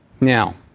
Now